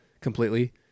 completely